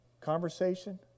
conversation